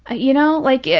ah you know. like, yeah